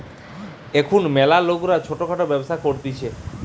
এখুন ম্যালা লোকরা ছোট খাটো ব্যবসা করতিছে